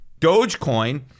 Dogecoin